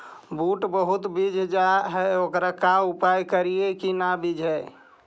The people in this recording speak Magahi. बुट बहुत बिजझ जा हे ओकर का उपाय करियै कि न बिजझे?